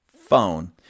phone